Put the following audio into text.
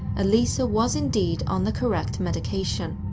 elisa was indeed on the correct medication.